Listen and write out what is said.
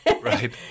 right